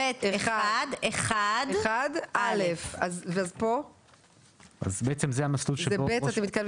שעשית, האם אתה רוצה